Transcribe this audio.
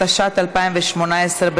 התשע"ט 2018,